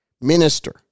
minister